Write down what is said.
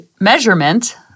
measurement